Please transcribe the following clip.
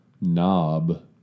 Knob